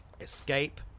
Escape